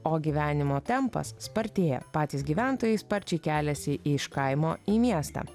o gyvenimo tempas spartėja patys gyventojai sparčiai keliasi iš kaimo į miestą